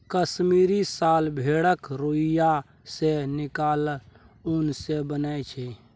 कश्मीरी साल भेड़क रोइयाँ सँ निकलल उन सँ बनय छै